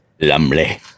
Lumley